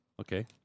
Okay